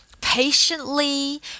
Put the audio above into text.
patiently